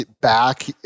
back